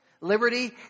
liberty